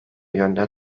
yönde